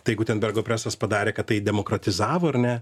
tai gutenbergo presas padarė kad tai demokratizavo ar ne